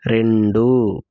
రెండు